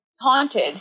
Haunted